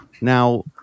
Now